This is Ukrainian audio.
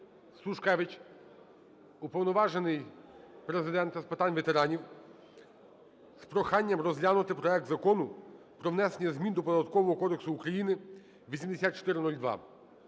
Сушкевич, Уповноважений Президента з питань ветеранів, з проханням розглянути проект Закону про внесення змін до